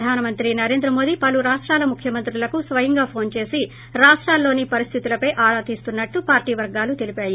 ప్రధాని మంత్రి నరేంద్ర మోదీ పలు రాష్టాల ముఖ్యమంత్రులకు స్వయంగా ఫోన్ చేసి రాష్టాల్లోని పరిస్థితులపై ఆరా తీస్తున్న ిట్లు పార్టీ వర్గాలు తెలిపాయి